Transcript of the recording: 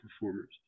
performers